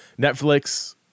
Netflix –